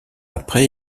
après